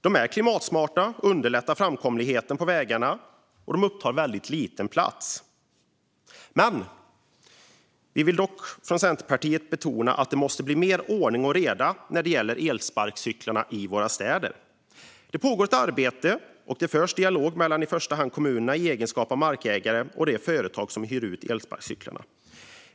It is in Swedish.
De är klimatsmarta, underlättar framkomligheten på vägarna och upptar väldigt liten plats. Centerpartiet vill dock betona att det måste bli mer ordning och reda när det gäller elsparkcyklarna i våra städer. Det pågår ett arbete, och det förs en dialog mellan i första hand kommunerna, i egenskap av markägare, och de företag som hyr ut elsparkcyklar.